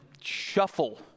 shuffle